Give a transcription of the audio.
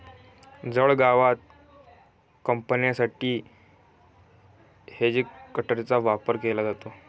जड गवत कापण्यासाठी हेजकटरचा वापर केला जातो